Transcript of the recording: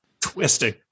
twisting